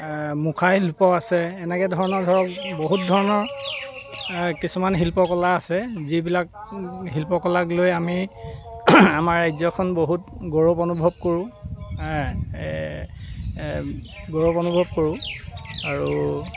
মুখা শিল্প আছে এনেকৈ ধৰণৰ ধৰক বহুত ধৰণৰ কিছুমান শিল্পকলা আছে যিবিলাক শিল্পকলাক লৈ আমি আমাৰ ৰাজ্যখন বহুত গৌৰৱ অনুভৱ কৰোঁ গৌৰৱ অনুভৱ কৰোঁ আৰু